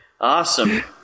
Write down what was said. Awesome